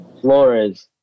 Flores